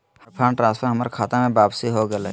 हमर fund transfer हमर खता में वापसी हो गेलय